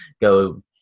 go